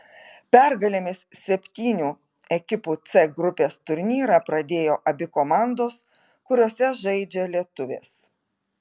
pergalėmis septynių ekipų c grupės turnyrą pradėjo abi komandos kuriose žaidžia lietuvės